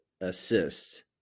assists